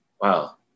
wow